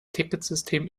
ticketsystem